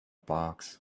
box